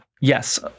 Yes